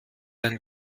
ein